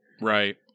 Right